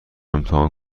امتحان